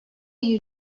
you